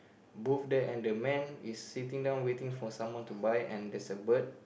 booth there and there is someone waiting for someone to buy